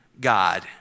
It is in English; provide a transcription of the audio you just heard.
God